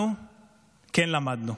אנחנו כן למדנו.